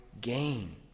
gain